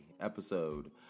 episode